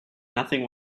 nothing